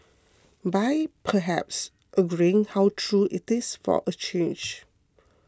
by perhaps agreeing how true it is for a change